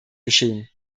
geschehen